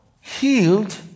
healed